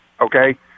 okay